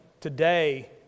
Today